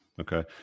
Okay